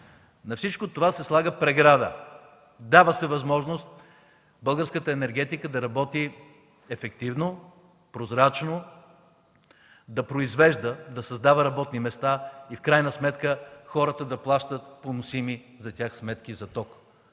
На всичко това се слага преграда, дава се възможност българската енергетика да работи ефективно, прозрачно, да произвежда, да създава работни места и в крайна сметка хората да плащат поносими за тях сметки за ток.